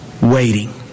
waiting